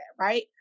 Right